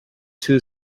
two